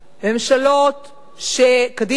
בממשלות שקדימה,